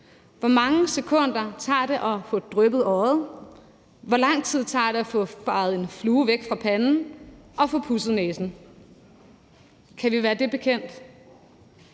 Hvor mange sekunder tager det at få dryppet øjet? Hvor lang tid tager det at få viftet en flue væk fra panden og at få pudset næsen? Kan vi være det bekendt?